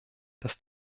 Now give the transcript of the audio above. dass